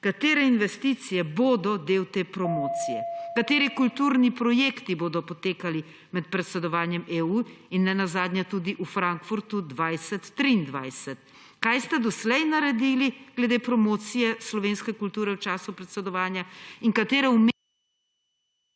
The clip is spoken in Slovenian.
Katere investicije bodo del te promocije, kateri kulturni projekti bodo potekali med predsedovanjem EU in ne nazadnje tudi v Frankfurtu 2023? Kaj ste doslej naredili glede promocije slovenske kulture v času predsedovanja in katere